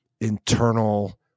internal